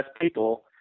people